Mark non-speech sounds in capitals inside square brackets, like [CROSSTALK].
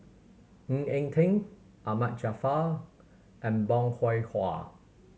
Ng Eng Teng Ahmad Jaafar and Bong [UNINTELLIGIBLE] Hwa